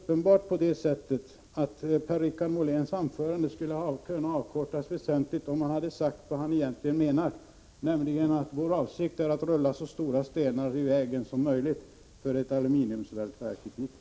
Per-Richard Moléns anförande skulle ha kunnat kortas väsentligt om han hade sagt vad han egentligen menar, nämligen att vår avsikt är att rulla så stora stenar som möjligt i vägen för ett aluminiumsmältverk i Piteå.